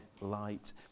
light